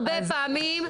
הרבה פעמים,